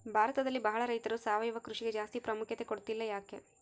ಭಾರತದಲ್ಲಿ ಬಹಳ ರೈತರು ಸಾವಯವ ಕೃಷಿಗೆ ಜಾಸ್ತಿ ಪ್ರಾಮುಖ್ಯತೆ ಕೊಡ್ತಿಲ್ಲ ಯಾಕೆ?